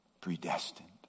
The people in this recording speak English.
predestined